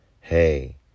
Hey